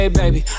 baby